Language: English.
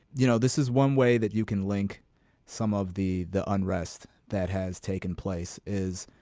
you know, this is one way that you can link some of the the unrest that has taken place is,